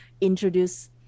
introduce